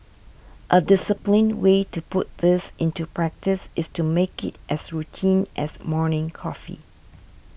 a disciplined way to put this into practice is to make it as routine as morning coffee